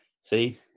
See